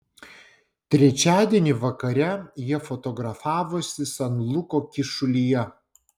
trečiadienį vakare jie fotografavosi san luko kyšulyje